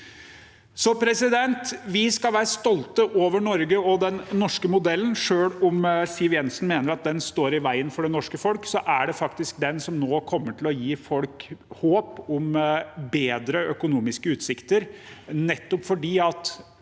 av nordmenn. Vi skal være stolte over Norge og den norske modellen. Selv om Siv Jensen mener at den står i veien for det norske folk, er det faktisk den som nå kommer til å gi folk håp om bedre økonomiske utsikter.